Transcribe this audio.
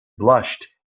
blushed